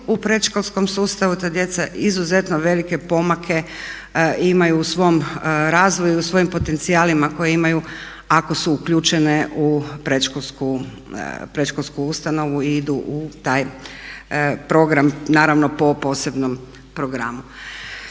u predškolskom sustavu, ta djeca izuzetno velike pomake imaju u svom razvoju, u svojim potencijalima koje imaju ako su uključene u predškolsku ustanovu i idu u taj program naravno po posebnom programu.